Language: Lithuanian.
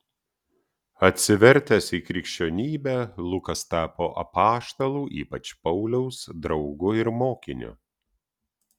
atsivertęs į krikščionybę lukas tapo apaštalų ypač pauliaus draugu ir mokiniu